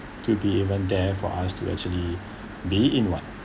to be even there for us to actually be in what